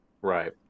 Right